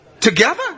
together